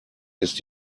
ist